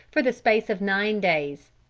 for the space of nine days.